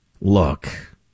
look